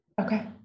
Okay